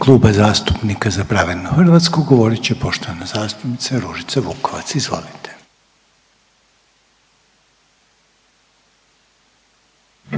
Kluba zastupnika Za pravednu Hrvatsku govorit će poštovana zastupnica Ružica Vukovac. Izvolite.